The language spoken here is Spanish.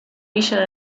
villa